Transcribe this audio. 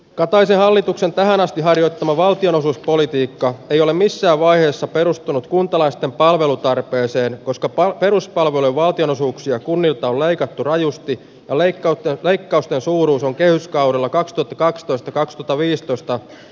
kataisen hallituksen tähän asti harjoittama valtionosuuspolitiikka ei ole missään vaiheessa perustunut kuntalaisten palvelutarpeeseen koskapa peruspalveluja valtionosuuksia kunnilta on leikattu rajusti ja leikataan leikkausten suuruus on kehyskaudella kaikki kaksitoista kaksi tuto viisitoista